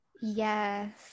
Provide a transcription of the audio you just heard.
Yes